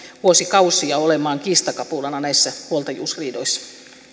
vuosikausia olemaan kiistakapulana näissä huoltajuusriidoissa